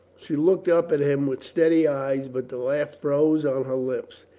she looked up at him with steady eyes, but the laugh froze on her lips.